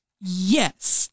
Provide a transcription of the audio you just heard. Yes